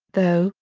though,